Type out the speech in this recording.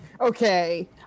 okay